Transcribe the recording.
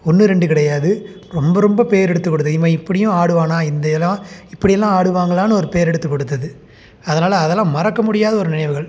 ஒன்று ரெண்டு கிடையாது ரொம்ப ரொம்ப பேரெடுத்து விடுது இவன் இப்படியும் ஆடுவானா இந்த இதெலாம் இப்படியெல்லாம் ஆடுவாங்களான்னு ஒரு பேர் எடுத்து கொடுத்தது அதனால் அதெல்லாம் மறக்கமுடியாத ஒரு நினைவுகள்